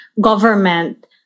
government